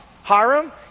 Hiram